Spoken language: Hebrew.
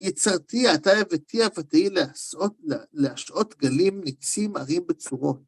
יצרתיה עתה הבאתיה ותהי להשאות גלים נצים ערים בצורות